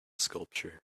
sculpture